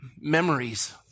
memories